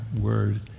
word